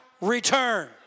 return